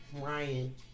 Ryan